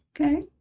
okay